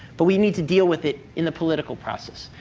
but we need to deal with it in the political process.